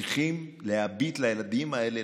צריכים להביט לילדים האלה,